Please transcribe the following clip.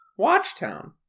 Watchtown